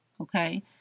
Okay